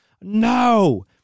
No